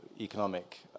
economic